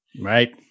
Right